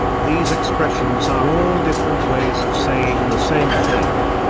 these expressions are all different ways of saying the same thing.